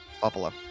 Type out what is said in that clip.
buffalo